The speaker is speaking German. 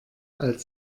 alt